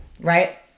right